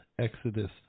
Exodus